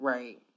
Right